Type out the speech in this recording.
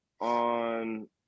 on